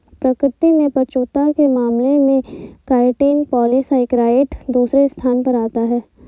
प्रकृति में प्रचुरता के मामले में काइटिन पॉलीसेकेराइड दूसरे स्थान पर आता है